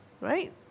right